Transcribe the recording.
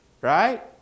Right